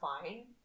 fine